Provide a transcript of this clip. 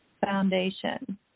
Foundation